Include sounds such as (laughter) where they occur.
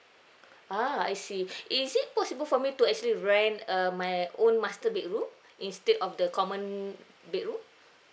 ah I see (breath) is it possible for me to actually rent err my own master bedroom instead of the common bedroom